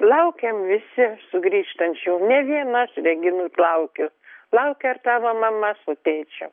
laukiam visi sugrįžtančių ne vien aš reginut laukiu laukia ir tavo mama su tėčiu